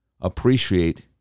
appreciate